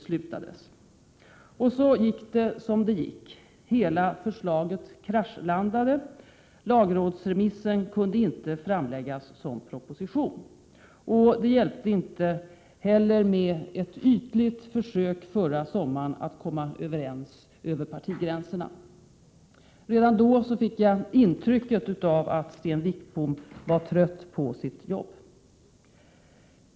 Så gick det som det gick: Hela förslaget kraschlandade. Lagrådsremissen kunde inte framläggas som proposition. Det hjälpte inte heller med ett ytligt försök förra sommaren att komma överens över partigränserna. Redan då fick jag intrycket att Sten Wickbom var trött på sitt jobb.